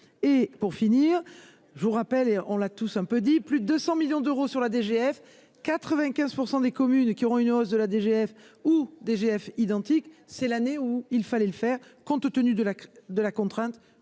et pour finir je vous rappelle et on l'a tous un peu, dit plus de 200 millions d'euros sur la DGF 95 % des communes qui auront une hausse de la DGF ou DGF identique, c'est l'année où il fallait le faire compte tenu de la crise.